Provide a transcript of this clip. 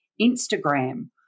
Instagram